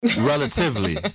Relatively